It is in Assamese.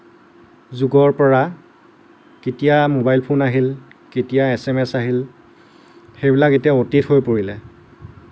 যুগৰ পৰা কেতিয়া মোবাইল ফোন আহিল কেতিয়া এছ এম এছ আহিল সেইবিলাক এতিয়া অতীত হৈ পৰিলে